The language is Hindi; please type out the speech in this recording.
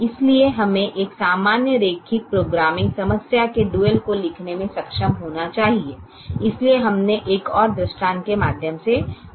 इसलिए हमें एक सामान्य रैखिक प्रोग्रामिंग समस्या के ड्यूल को लिखने में सक्षम होना चाहिए इसलिए हमने एक और दृष्टांत के माध्यम से समझाया है